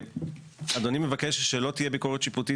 אדוני מבקש שלא תהיה ביקורת שיפוטית